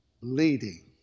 leading